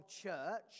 church